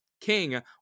king